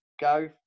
Go